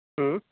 ہوں